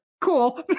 cool